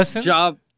job